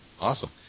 Awesome